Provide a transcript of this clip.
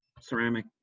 ceramic